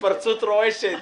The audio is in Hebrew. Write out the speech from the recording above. התפרצות רועשת,